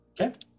Okay